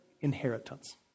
inheritance